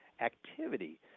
activity